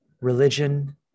religion